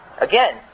Again